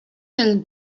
del